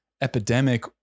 epidemic